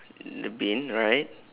the bin right